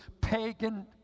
pagan